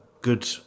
good